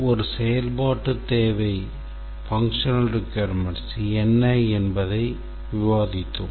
ஒரு செயல்பாட்டுத் தேவை என்ன என்பதை விவாதிக்கிறோம்